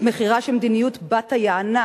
את מחירה של מדיניות בת היענה,